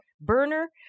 burner